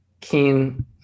keen